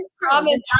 promise